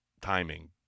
timing